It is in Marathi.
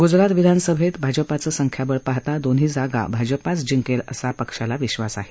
गुजरात विधानसभेत भाजपाचं संख्याबळ पाहता दोन्ही जागा भाजपाचं जिंकेल असा पक्षाला विश्वास आहे